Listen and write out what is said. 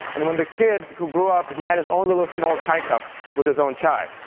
and when the kid, who grew up, he had his own little small chai cup with his own chai.